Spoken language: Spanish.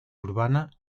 urbana